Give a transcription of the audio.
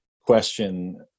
question